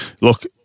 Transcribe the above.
look